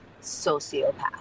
sociopath